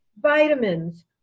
vitamins